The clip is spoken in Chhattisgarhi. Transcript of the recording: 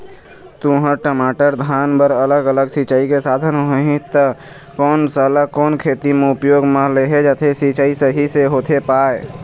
तुंहर, टमाटर, धान बर अलग अलग सिचाई के साधन होही ता कोन सा ला कोन खेती मा उपयोग मा लेहे जाथे, सिचाई सही से होथे पाए?